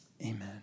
Amen